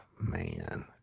man